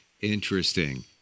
Interesting